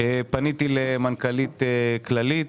פניתי למנכ"לית כללית,